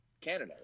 Canada